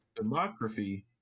Demography